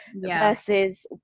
versus